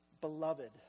beloved